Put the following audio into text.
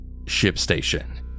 ShipStation